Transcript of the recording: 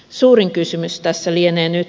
suurin kysymys tässä lienee nyt